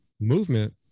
movement